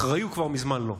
אחראי הוא כבר מזמן לא: